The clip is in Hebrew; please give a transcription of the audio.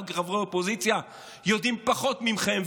אנחנו כחברי אופוזיציה יודעים פחות מכם,